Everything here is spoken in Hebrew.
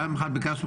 אימאן ח'טיב יאסין,